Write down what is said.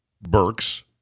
Burks